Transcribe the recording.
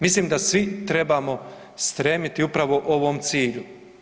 Mislim da svi trebamo stremiti upravo ovom cilju.